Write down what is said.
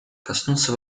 коснуться